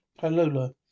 Hello